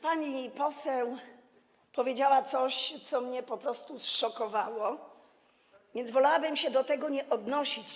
Pani poseł powiedziała coś, co mnie po prostu zszokowało, więc wolałabym się do tego nie odnosić.